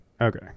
Okay